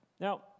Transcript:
Now